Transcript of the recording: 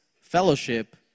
fellowship